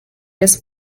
this